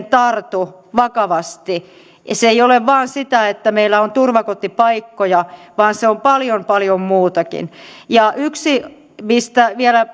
tartu vakavasti se ei ole vain sitä että meillä on turvakotipaikkoja vaan se on paljon paljon muutakin yksi mistä vielä